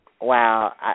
Wow